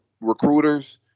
recruiters